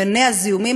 מונע זיהומים.